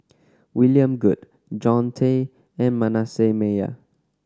William Goode Jean Tay and Manasseh Meyer